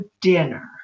dinner